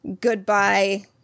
goodbye